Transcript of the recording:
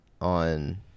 on